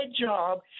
job